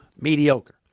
mediocre